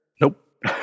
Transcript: Nope